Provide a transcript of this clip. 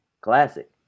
Classic